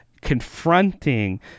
confronting